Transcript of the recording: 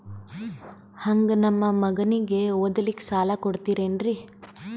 ಹಂಗ ನಮ್ಮ ಮಗನಿಗೆ ಓದಲಿಕ್ಕೆ ಸಾಲ ಕೊಡ್ತಿರೇನ್ರಿ?